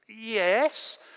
yes